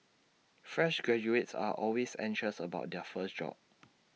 fresh graduates are always anxious about their first job